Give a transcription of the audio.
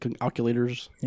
calculators